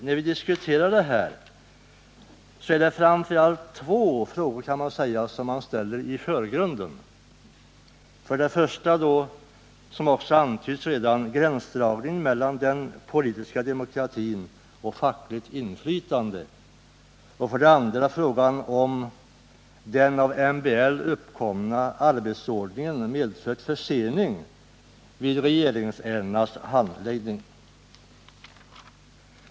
När vi diskuterar det är det framför allt två frågor som man ställer i förgrunden, nämligen för det första — som också antytts redan — gränsdragningen mellan den politiska demokratin och fackligt inflytande, för det andra frågan om den äv MBL uppkomna arbetsordningen har medfört försening vid regeringsärendenas handläggning.